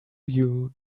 you